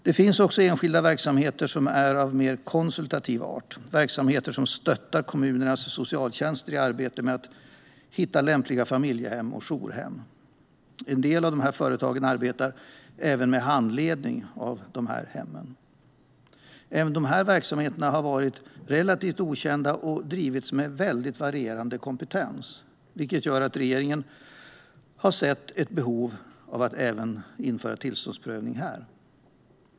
Det finns också enskilda verksamheter som är av mer konsultativ art, verksamheter som stöttar kommunernas socialtjänster i arbetet med att hitta lämpliga familjehem och jourhem. En del av dessa företag arbetar även med handledning. Även dessa verksamheter har varit relativt okända och drivits med väldigt varierande kompetens, vilket gör att regeringen har sett ett behov av att införa tillståndsprövning även här.